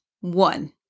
One